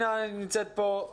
אני יותר בהקשר